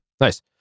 Nice